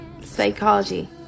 psychology